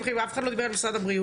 אף אחד לא דיבר על משרד הבריאות,